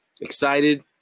excited